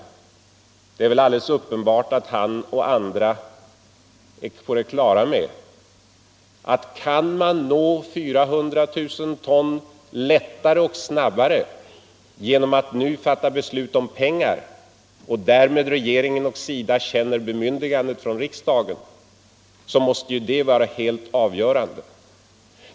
Men det är väl alldeles 51 uppenbart att han och andra är på det klara med att om man kan nå 400 000 ton lättare och snabbare genom att nu fatta beslut om pengar och regeringen och SIDA därmed känner bemyndigandet från riksdagen, så måste ju det vara alldeles avgörande.